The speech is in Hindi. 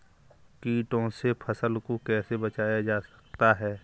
कीटों से फसल को कैसे बचाया जा सकता है?